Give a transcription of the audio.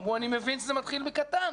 אמרו: אנחנו מבינים שזה מתחיל בקטן.